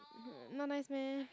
not nice meh